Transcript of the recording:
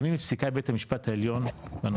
מקיימים את פסיקת בית המשפט העליון בנושא.